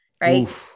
right